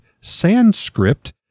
Sanskrit